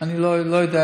אני לא יודע,